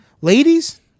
ladies